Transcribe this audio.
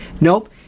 Nope